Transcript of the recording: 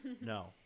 No